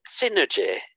Synergy